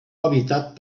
habitat